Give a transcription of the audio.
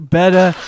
better